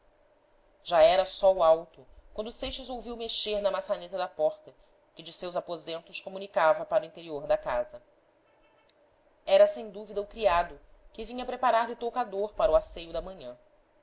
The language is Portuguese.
já era sol alto quando seixas ouviu mexer na maçaneta da porta que de seus aposentos comunicava para o interior da casa era sem dúvida o criado que vinha preparar lhe o toucador para o asseio da manhã